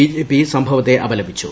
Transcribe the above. B J P സംഭവത്തെ അപലപിച്ചു